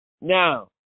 Now